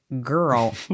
girl